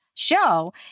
show